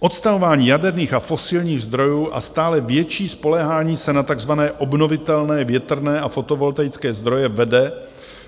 Odstavování jaderných a fosilních zdrojů a stále větší spoléhání se na takzvané obnovitelné větrné a fotovoltaické zdroje vede